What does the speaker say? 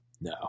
No